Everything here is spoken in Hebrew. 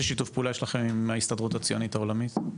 שיתוף פעולה יש לכם עם ההסתדרות הציונית העולמית?